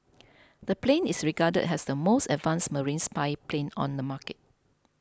the plane is regarded has the most advanced marine spy plane on the market